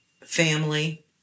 family